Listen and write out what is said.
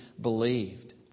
believed